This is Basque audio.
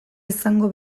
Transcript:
izango